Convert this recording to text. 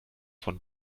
von